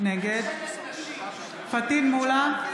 נגד פטין מולא,